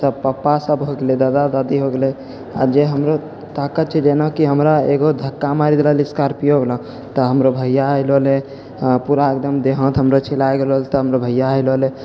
सब पापा सब हो गेलै दादा दादी हो गेलै आओर जे हमरो ताकत छै जेनाकि हमरा एगो धक्का मारि देलकै स्कॉर्पियोवला तऽ हमरा भैया ऐलौ लै लेल आओर पूरा एकदम देह हाथ हमरा छिला गेलौ तऽ हमरो भैया आयल रहलो रहै